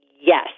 yes